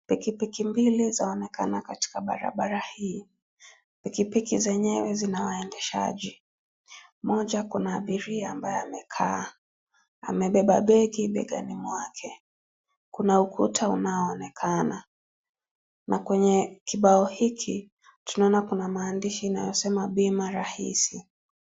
Pikipiki mbili zaonekana katika barabara hii, pikipiki zenyewe zina waendeshaji, moja kuna abiria ambaye amekaa amebeba begi begani mwake kuna ukuta unaoonekana na kwenye kibao hiki tunaona kuna maandishi inayosema bima rahisi.